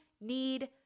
need